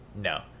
No